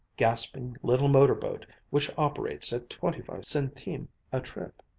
gasping little motor-boat which operates at twenty-five centimes a trip.